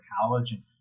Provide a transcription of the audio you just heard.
college